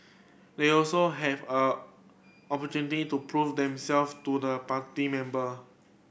they also have a opportunity to prove them self to the party member